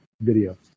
video